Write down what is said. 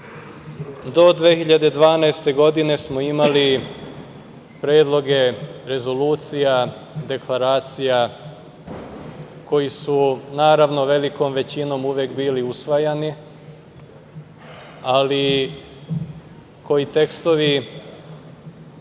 Do 2012. godine smo imali predloge rezolucija, deklaracija koji su naravno velikom većinom uvek bili usvajani, ali koji tekstovi